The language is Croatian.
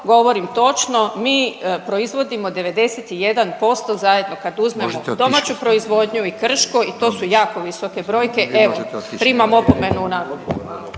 govorim točno, mi proizvodimo 91% zajedno kad uzmemo domaću proizvodnju i Krško i to su jako visoke brojke. Evo, primam opomenu unaprijed,